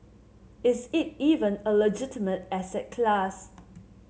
is it even a legitimate asset class